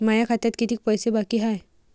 माया खात्यात कितीक पैसे बाकी हाय?